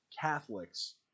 Catholics